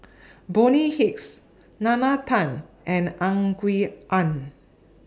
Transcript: Bonny Hicks Nalla Tan and Ang Aun